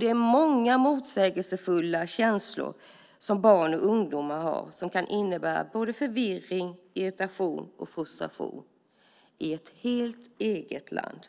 Det är många motsägelsefulla känslor som barn och ungdomar har som kan innebära förvirring, irritation och frustration i ett helt eget land.